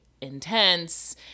intense